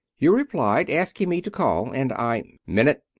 you replied, asking me to call, and i minute,